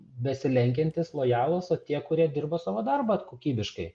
besilenkiantys lojalūs o tie kurie dirba savo darbą kokybiškai